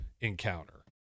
encounter